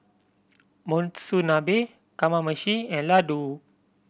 Monsunabe Kamameshi and Ladoo